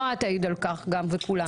נועה תעיד על כך גם וכולם.